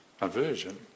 aversion